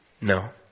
No